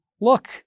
look